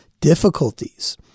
difficulties